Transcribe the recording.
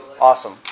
Awesome